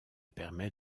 permet